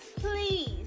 please